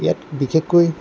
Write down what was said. ইয়াত বিশেষকৈ